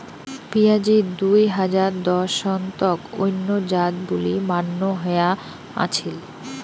পিঁয়াজিত দুই হাজার দশ সন তক অইন্য জাত বুলি মান্য হয়া আছিল